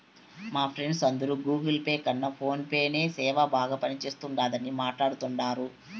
మా ఫ్రెండ్స్ అందరు Google Pay కన్న ఫోన్ పే నే సేనా బాగా పనిచేస్తుండాదని మాట్లాడతాండారు